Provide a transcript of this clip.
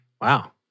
Wow